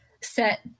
set